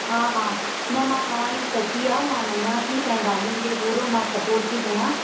हा हा न मां तव्हांजी सची आहे मां मञा थी तव्हां ई ॻाल्हियुनि ते पूरो मां स्पोर्ट थी कयां